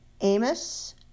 Amos